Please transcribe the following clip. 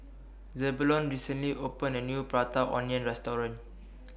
Zebulon recently opened A New Prata Onion Restaurant